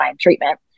treatment